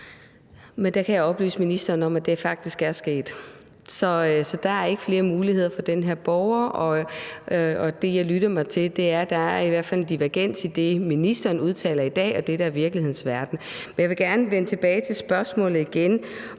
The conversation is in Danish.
Men der kan jeg oplyse ministeren om, at det faktisk er sket. Så der er ikke flere muligheder for den her borger, og det, jeg lyttede mig til, er, at der i hvert fald er en divergens imellem det, ministeren udtaler i dag, og det, der er virkelighedens verden. Men jeg vil gerne vende tilbage til spørgsmålet igen,